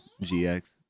GX